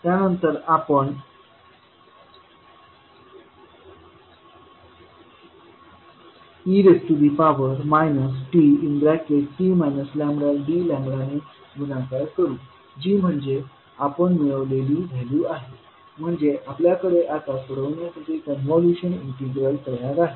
त्यानंतर आपण e t d ने गुणाकार करू जी म्हणजे आपण मिळवलेली व्हॅल्यू आहे म्हणजे आपल्याकडे आता सोडविण्यासाठी कॉन्व्होल्यूशन इंटिग्रल तयार आहे